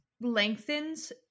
lengthens